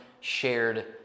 shared